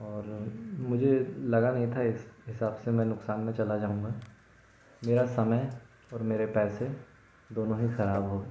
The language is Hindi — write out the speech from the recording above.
और मुझे लगा नहीं था इस हिसाब से मैं नुकसान में चला जाऊँगा मेरा समय और मेरे पैसे दोनों ही खराब हो गए